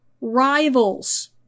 rivals